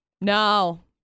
no